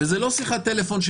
וזה לא שיחת טלפון,